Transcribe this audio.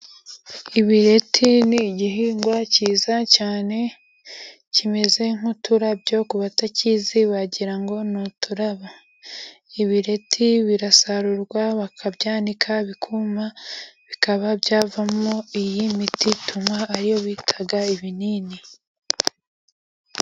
Ibireti ni igihingwa cyiza cyane kimeze nk'uturabyo ku batakizi bagirango ngo ni uturabo, ibireti birasarurwa bakabyanika bikuma bikaba byavamo iyi miti tunywa ariyo bitaga ibinini.